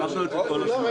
אמרנו את זה כל הזמן.